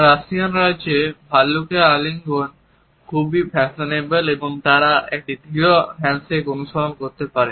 Russian রাজ্যে ভালুকের আলিঙ্গন খুব ফ্যাশনেবল এবং তারা একটি দৃঢ় হ্যান্ডশেক অনুসরণ করতে পারে